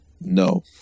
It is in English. No